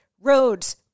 roads